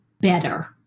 better